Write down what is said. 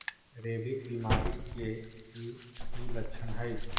rabies बीमारी के कि कि लच्छन हई